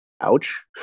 ouch